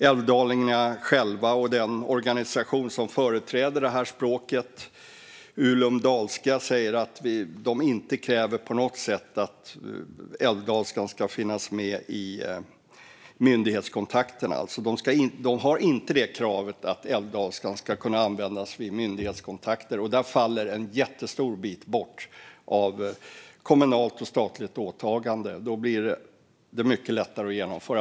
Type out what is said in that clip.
Älvdalingarna själva och den organisation som företräder detta språk, Ulum Dalska, kräver inte att älvdalskan ska kunna användas vid myndighetskontakter. I och med det faller en jättestor bit av kommunalt och statligt åtagande bort, och det blir lättare att genomföra.